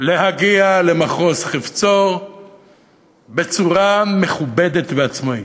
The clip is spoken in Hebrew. להגיע למחוז חפצו בצורה מכובדת ועצמאית.